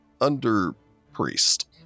under-priest